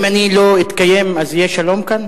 אם אני לא אתקיים אז יהיה שלום כאן?